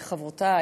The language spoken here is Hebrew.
חברותי,